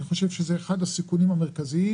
אני חושב שזה אחד הסיכונים המרכזיים.